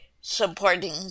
supporting